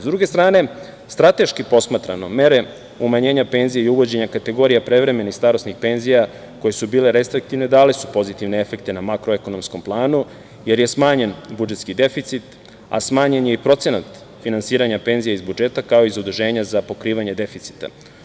Sa druge strane, strateški posmatrano, mere umanjenja penzija i uvođenja kategorija prevremenih starosnih penzija koje su bile restriktivne dale su pozitivne efekte na makroekonomskom planu, jer je smanjen budžetski deficit, a smanjen je i procenat finansiranja penzija iz budžeta, kao i zaduženja za pokrivanje deficita.